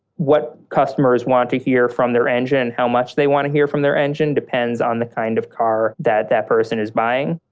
what customers want to hear from their engine, how much they want to hear from their engine, depends on the kind of car that that person is buying.